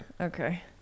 Okay